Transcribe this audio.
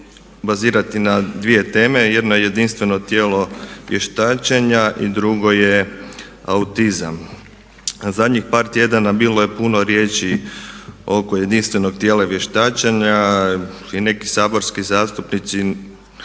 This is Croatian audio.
bazirati na dvije teme. Jedna je jedinstveno tijelo vještačenja i drugo je autizam. Zadnjih par tjedana bilo je puno riječi oko jedinstvenog tijela vještačenja i neki saborski zastupnici